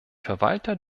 verwalter